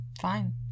fine